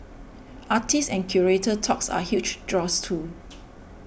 artist and curator talks are huge draws too